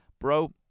bro